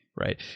right